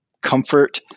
comfort